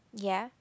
ya